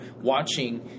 watching